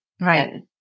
Right